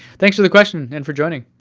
thanks for the question and for joining.